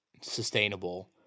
sustainable